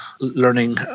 learning